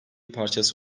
parçası